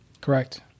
Correct